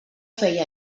feia